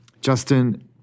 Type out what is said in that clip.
Justin